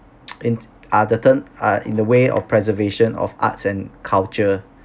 in are the turn are in the way of preservation of arts and culture